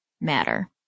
matter